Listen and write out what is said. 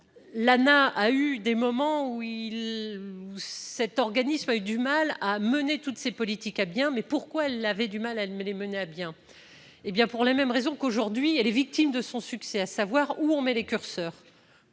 l'Anaes a eu des moments où il s'est. L'organisme a eu du mal à mener toutes ces politiques a bien mais pourquoi elle avait du mal à les mener à bien, hé bien, pour les mêmes raisons qu'aujourd'hui elle est victime de son succès, à savoir où on met les curseurs.